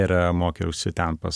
ir mokiausi ten pas